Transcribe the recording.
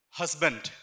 husband